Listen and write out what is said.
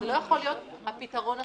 זה לא יכול להיות הפתרון הסופי.